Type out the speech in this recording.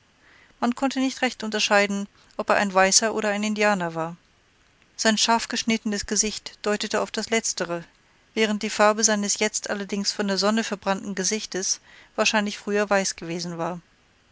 man konnte nicht recht unterscheiden ob er ein weißer oder ein indianer war sein scharf geschnittenes gesicht deutete auf das letztere während die farbe seines jetzt allerdings von der sonne verbrannten gesichtes wahrscheinlich früher weiß gewesen war